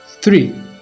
Three